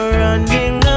running